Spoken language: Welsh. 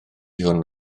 hwn